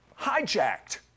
hijacked